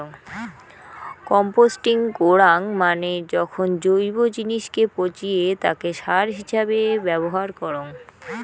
composting করাঙ মানে যখন জৈব জিনিসকে পচিয়ে তাকে সার হিছাবে ব্যবহার করঙ